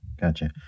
Gotcha